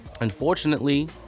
unfortunately